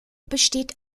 besteht